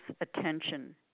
attention